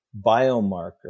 biomarker